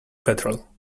petrol